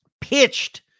pitched